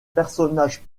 personnage